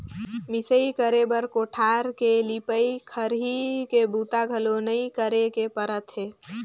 मिंसई करे बर कोठार के लिपई, खरही के बूता घलो नइ करे के परत हे